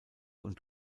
und